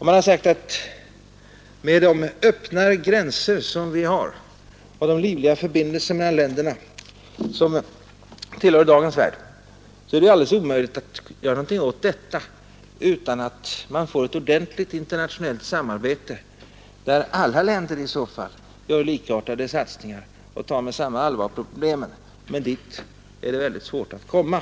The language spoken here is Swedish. Man har också framhållit att med de öppnare gränser som vi har och med de livliga förbindelser mellan länderna som tillhör dagens värld är det alldeles omöjligt att komma till rätta med narkotikan utan ett välorganiserat internationellt samarbete, där alla länder gör likartade satsningar och tar med samma allvar på problemen. Man tror inte på möjligheterna att åstadkomma